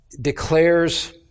declares